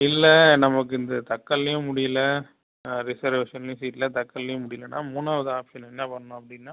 இல்லை நமக்கு இந்த தட்கல்லியும் முடியலை ரிசெர்வேஷன்லையும் சீட் இல்லை தட்கலிலும் முடியலைன்னா மூணாவது ஆப்ஷன் என்ன பண்ணனும் அப்படின்னா